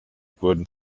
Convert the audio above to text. wurden